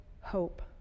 hope